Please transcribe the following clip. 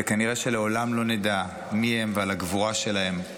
וכנראה שלעולם לא נדע מי הם ועל הגבורה שלהם,